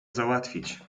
załatwić